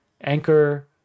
Anchor